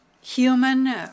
Human